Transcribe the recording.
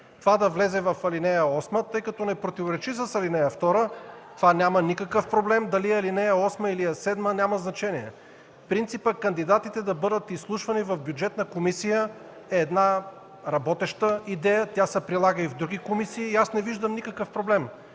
това да влезе в ал. 8, тъй като не противоречи с ал. 2, няма никакъв проблем дали е ал. 8, или 7 – няма значение. Принципът кандидатите да бъдат изслушвани в Комисията по бюджет и финанси е една работеща идея, тя се прилага и в други комисии и не виждам никакъв проблем.